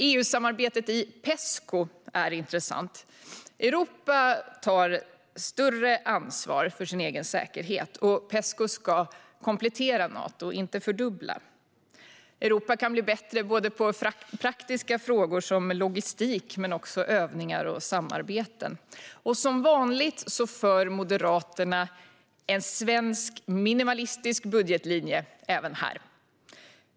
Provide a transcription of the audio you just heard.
EU-samarbetet i Pesco är intressant. Europa tar ett större ansvar för sin egen säkerhet. Pesco ska komplettera Nato, inte fördubbla det. Europa kan bli bättre både på praktiska frågor som logistik och på övningar och samarbeten. Även här för Moderaterna en svensk minimalistisk budgetlinje, som vanligt.